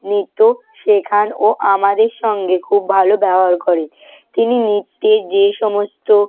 নৃত্য শেখান ও আমাদের সঙ্গে খুব ভালো ব্যবহার করে তিনি নৃত্যে যেই সমস্ত